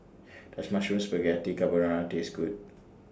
Does Mushroom Spaghetti Carbonara Taste Good